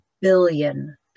billion